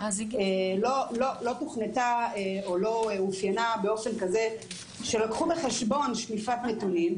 לא תוכנתה או לא אופיינה באופן כזה שלקחו בחשבון שליפת נתונים,